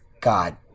God